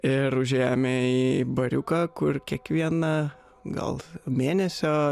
ir užėjome į bariuką kur kiekvieną gal mėnesio